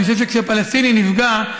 אני חושב שכשפלסטיני נפגע,